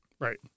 Right